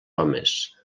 homes